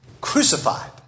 crucified